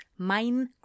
Minecraft